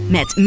Met